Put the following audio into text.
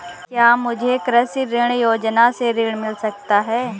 क्या मुझे कृषि ऋण योजना से ऋण मिल सकता है?